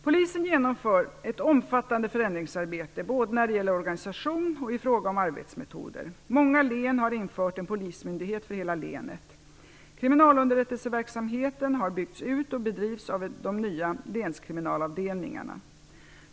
Polisen genomför ett omfattande förändringsarbete både när det gäller organisation och i fråga om arbetsmetoder. Många län har infört en polismyndighet för hela länet. Kriminalunderrättelseverksamheten har byggts ut och bedrivs av de nya länskriminalavdelningarna.